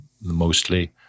mostly